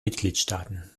mitgliedstaaten